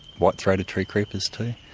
white-throated tree creepers too,